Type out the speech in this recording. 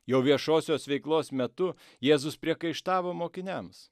jo viešosios veiklos metu jėzus priekaištavo mokiniams